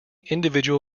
individual